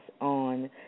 on